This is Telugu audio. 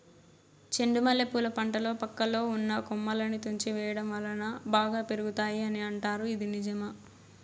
చెండు మల్లె పూల పంటలో పక్కలో ఉన్న కొమ్మలని తుంచి వేయటం వలన బాగా పెరుగుతాయి అని అంటారు ఇది నిజమా?